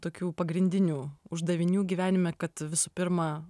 tokių pagrindinių uždavinių gyvenime kad visų pirma